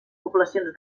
poblacions